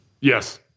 Yes